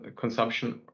consumption